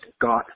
got